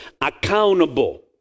accountable